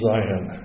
Zion